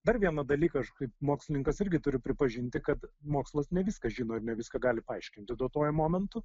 dar vieną dalyką aš kaip mokslininkas irgi turi pripažinti kad mokslas ne viską žino ir ne viską gali paaiškinti duotuoju momentu